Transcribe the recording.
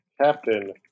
Captain